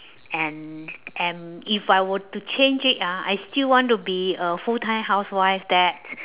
and and if I were to change it ah I still want to be a full time housewife that